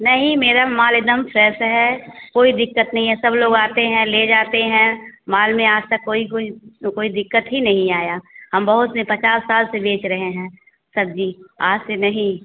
नहीं मेरा माल एकदम फ्रेस है कोई दिक्कत नहीं है सब लोग आते हैं ले जाते हैं माल में आज तक कोई कोई कोई दिक्कत ही नहीं आया हम बहुत से पचास साल से बेच रहे हैं सब्ज़ी आज से नहीं